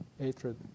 hatred